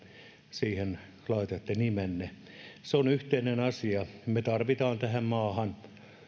siihen laitatte nimenne se on yhteinen asia me tarvitsemme tähän maahan